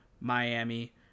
Miami